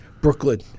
Brooklyn